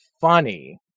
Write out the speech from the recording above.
funny